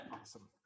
Awesome